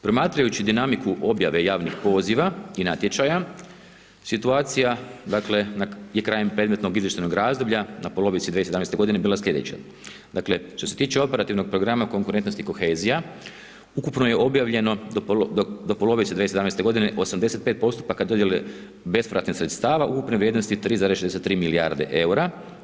Promatrajući dinamiku objave javnih poziva i natječaja, situacija dakle, je krajem predmetnog izvještajnog razdoblja, na polovici 2017. g. bila sljedeća, dakle, što se tiče operativnog programa konkurentnosti i kohezija ukupno je obavljeno, do polovice 2017. g. 85 postupaka dodjele bespovratnih sredstava ukupne vrijednosti 3,63 milijarde eura.